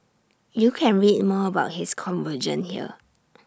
you can read more about his conversion here